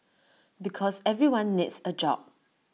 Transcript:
because everyone needs A job